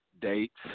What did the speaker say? dates